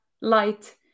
light